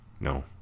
No